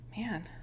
Man